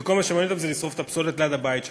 שכל מה שמעניין אותם זה לשרוף את הפסולת ליד הבית שלהם.